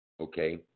okay